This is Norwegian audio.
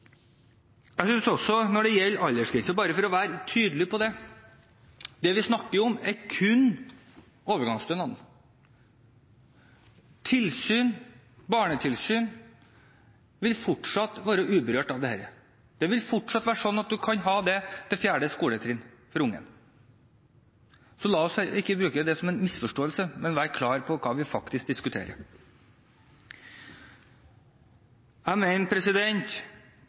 jeg ønsker ordninger som er gode og godt innrettet for dem som virkelig trenger hjelp til å komme seg tilbake til arbeidslivet, og som trenger de ordningene. Den oppryddingen gjør denne regjeringen nå. For å være tydelig på det som gjelder aldersgrense: Det vi snakker om, er kun overgangsstønaden. Barnetilsyn vil fortsatt være uberørt av dette. Det vil fortsatt være sånn at man kan få det til det fjerde klassetrinn for ungen. Så la oss ikke